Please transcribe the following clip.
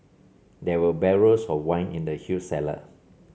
there were barrels of wine in the huge cellar